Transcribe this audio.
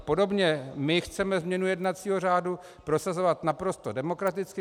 Podobně my chceme změnu jednacího řádu prosazovat naprosto demokraticky.